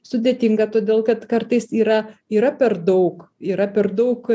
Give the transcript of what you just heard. sudėtinga todėl kad kartais yra yra per daug yra per daug